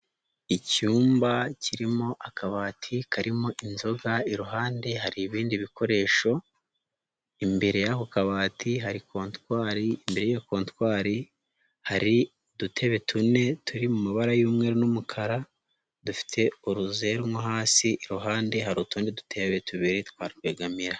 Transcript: Icyumba kirimo akabati karimo inzoga iruhande hari ibindi bikoresho, imbere y'ako kabati hari kontwari, imbere y'iyo kontwari hari udutebe tune turi mu mabara y'umweru n'umukara dufite uruzenwa mo hasi, iruhande hari utundi dutebe tubiri twa rwegamira.